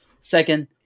Second